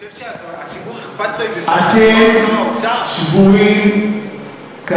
אתה חושב שהציבור אכפת לו אם זה שר התחבורה או שר האוצר?